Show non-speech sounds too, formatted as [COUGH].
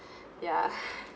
[BREATH] ya [BREATH]